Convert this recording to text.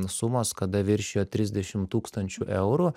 sumos kada viršijo trisdešimt tūkstančių eurų